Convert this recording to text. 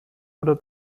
oder